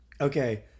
Okay